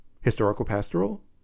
historical-pastoral